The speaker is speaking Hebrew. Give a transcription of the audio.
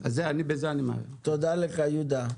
תודה לך יהודה.